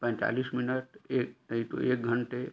पैंतालीस मिनट नहीं तो एक घंटे